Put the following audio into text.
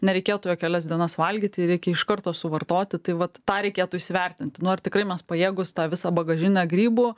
nereikėtų jo kelias dienas valgyti reikia iš karto suvartoti tai vat tą reikėtų įsivertinti nu ar tikrai mes pajėgūs tą visą bagažinę grybų